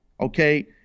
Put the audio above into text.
okay